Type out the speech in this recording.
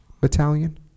battalion